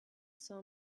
saw